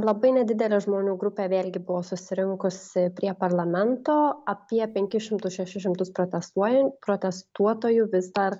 labai nedidelė žmonių grupė vėlgi buvo susirinkusi prie parlamento apie penkis šimtus šešis šimtus protestuojan protestuotojų vis dar